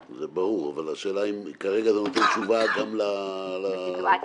אבל ברגע שאתה מאפשר לבטל את פעולת